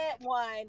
one